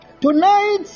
Tonight